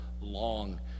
long